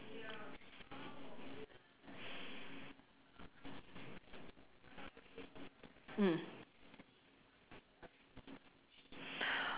mm